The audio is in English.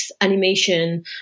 animation